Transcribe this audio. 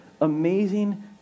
amazing